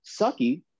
sucky